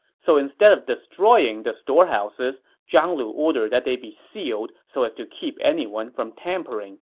so instead of destroying the storehouses, zhang lu ordered that they be sealed so as to keep anyone from tampering.